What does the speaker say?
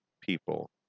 people